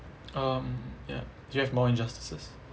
um ya do you have more injustices